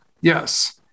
Yes